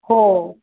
हो